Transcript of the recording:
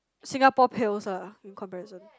Singapore pales lah in comparison